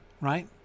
Right